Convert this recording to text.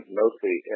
mostly